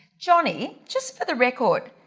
jhonnie, just for the record,